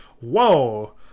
Whoa